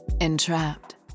Entrapped